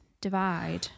divide